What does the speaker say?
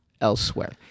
elsewhere